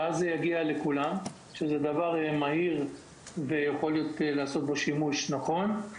וכך זה יגיע לכולם בצורה מהירה וכך הם יוכלו לעשות בזה שימוש נכון.